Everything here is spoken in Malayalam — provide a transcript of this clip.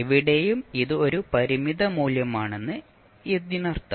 എവിടെയും ഇത് ഒരു പരിമിത മൂല്യമാണെന്നാണ് ഇതിനർത്ഥം